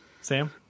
Sam